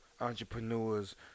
entrepreneurs